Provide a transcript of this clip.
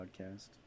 podcast